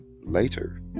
later